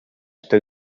что